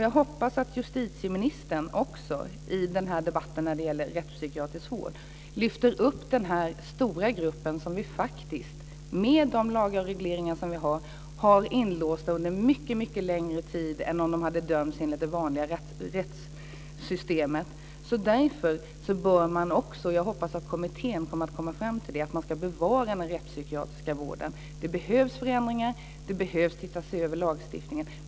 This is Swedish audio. Jag hoppas att justitieministern i debatten om rättspsykiatrisk vård lyfter upp den här stora gruppen som ju faktiskt, med de lagar och regleringar vi har, är inlåsta under en mycket längre tid än om de hade dömts enligt det vanliga rättssystemet. Därför bör man också - och jag hoppas att kommittén kommer fram till det - bevara den rättspsykiatriska vården. Det behövs förändringar. Man behöver se över lagstiftningen.